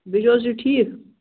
بیٚیہِ چھِو حظ تُہۍ ٹھیٖک